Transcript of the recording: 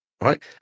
right